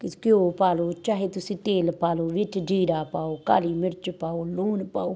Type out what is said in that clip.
ਕਿਸ ਘਿਓ ਪਾ ਲਓ ਚਾਹੇ ਤੁਸੀਂ ਤੇਲ ਪਾ ਲਓ ਵਿੱਚ ਜ਼ੀਰਾ ਪਾਓ ਕਾਲੀ ਮਿਰਚ ਪਾਓ ਲੂਣ ਪਾਓ